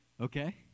Okay